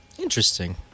Interesting